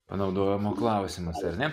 panaudojimo klausimas ar ne